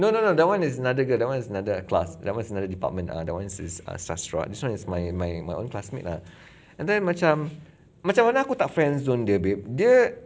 no no no that one is another girl that one is another class that one is another department err that one is err sastera that one is my my my own classmate lah and then macam macam mana aku tak friend zone dia babe dia